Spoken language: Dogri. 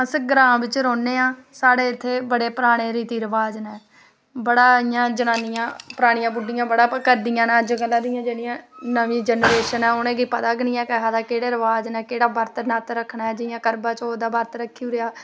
अस ग्रांऽ बिच्च रौह्ने आं साढ़े इत्थै बड़े पराने रिति रवाज़ नै बड़ा इयां जनानियां परानियां बुड्ढियां बड़ा करदियां न अज्जै कल्लै दियां जेह्ड़ियां नमी जनरेशन ऐ उनेंगी पता गै नी ऐ किसे दा केह्ड़े रवाज़ न केह्ड़ा बर्त नत्त रक्खना जियां करवाचौथ दा बर्त रक्खी उड़ेआ